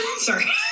sorry